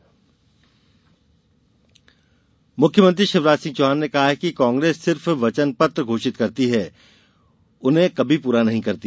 शिवराज बयान मुख्यमंत्री शिवराज सिंह चौहान ने कहा है कि कांग्रेस सिर्फ वचनपत्र घोषित करती है उन्हें कभी पूरा नहीं करती